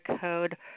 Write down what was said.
code